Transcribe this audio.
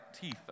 Teeth